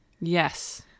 Yes